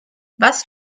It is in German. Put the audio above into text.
was